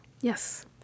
Yes